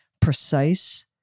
precise